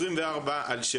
24/7,